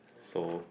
so